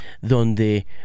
donde